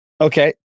Okay